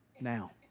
now